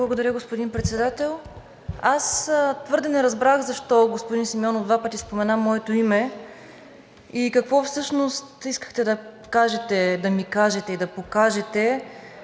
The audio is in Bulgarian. Благодаря, господин Председател. Аз не разбрах защо господин Симеонов два пъти спомена моето име и какво всъщност искахте да кажете, да ми кажете, и да покажете.